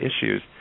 issues